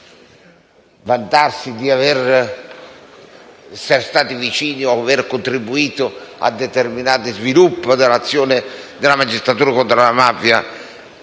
Borsellino, di essere stata loro vicina, o aver contribuito a determinati sviluppi dell'azione della magistratura contro la mafia,